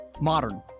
Modern